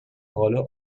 rolle